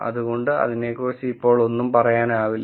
അതുകൊണ്ട് അതിനെക്കുറിച്ച് ഇപ്പോൾ ഒന്നും പറയാനാവില്ല